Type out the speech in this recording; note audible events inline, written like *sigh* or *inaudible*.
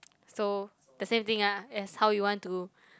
*noise* so the same thing ah as how you want to